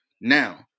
now